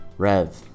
Rev